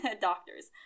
doctors